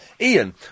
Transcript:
Ian